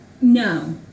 No